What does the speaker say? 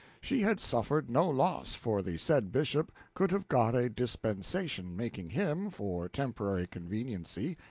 she had suffered no loss, for the said bishop could have got a dispensation making him, for temporary conveniency,